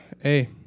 Hey